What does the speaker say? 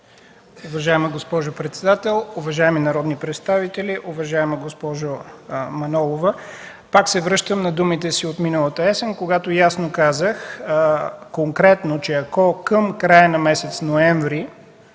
Уважаема госпожо председател, уважаеми народни представители! Уважаема госпожо Манолова, пак се връщам на думите си от миналата есен, когато ясно, конкретно казах, че ако към края на месец ноември